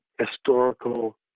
historical